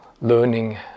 learning